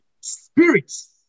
spirits